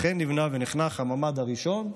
אכן נבנה ונחנך הממ"ד הראשון,